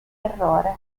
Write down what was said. errore